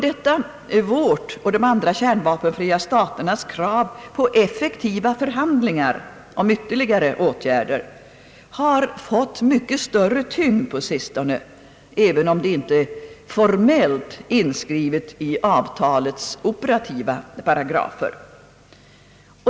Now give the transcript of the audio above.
Detta vårt och de andra kärnvapenfria staternas krav på effektiva förhandlingar om ytterligare nedrustningsåtgärder har fått mycket större tyngd på sistone, även om det inte är formellt inskrivet i avtalets operativa paragrafer.